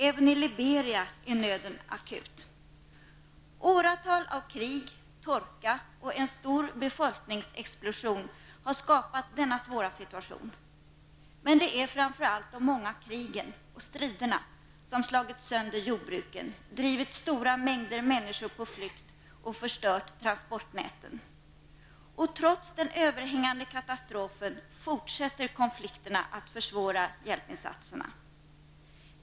Även i Liberia är nöden akut. Åratal av krig, torka och en stor befolkningsexplosion har skapat denna svåra situation. Men det är framför allt de många krigen och striderna som slagit sönder jordbruken, drivit stora mängder människor på flykt och förstört transportnäten. Trots den överhängande katastrofen fortsätter konflikterna att försvåra hjälpinsatserna.